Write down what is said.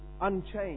unchanged